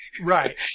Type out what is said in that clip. Right